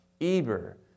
Eber